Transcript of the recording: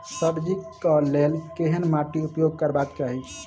सब्जी कऽ लेल केहन माटि उपयोग करबाक चाहि?